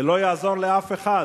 ולא יעזור לאף אחד